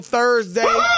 Thursday